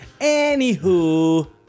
Anywho